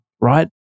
right